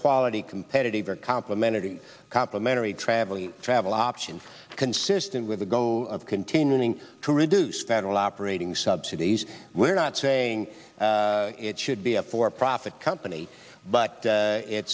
quality competitive or complementing complimentary travelling travel options consistent with the go of continuing to reduce federal operating subsidies we're not saying it should be a for profit company but